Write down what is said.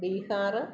Bihar